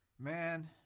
Man